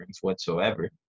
whatsoever